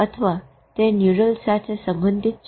અથવા તે ન્યુરલ સાથે સંબંધિત છે